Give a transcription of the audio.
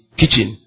kitchen